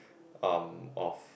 um of